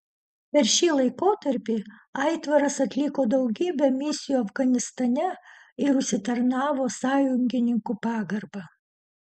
per šį laikotarpį aitvaras atliko daugybę misijų afganistane ir užsitarnavo sąjungininkų pagarbą